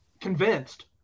Convinced